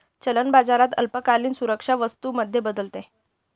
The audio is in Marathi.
चलन बाजारात अल्पकालीन सुरक्षा वस्तू मध्ये बदलते